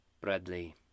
Bradley